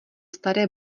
staré